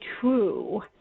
true